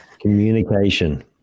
Communication